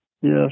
Yes